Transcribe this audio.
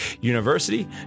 University